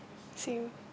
same